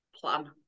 Plan